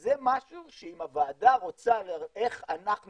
זה משהו שאם הוועדה רוצה לחשוב איך אנחנו